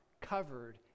covered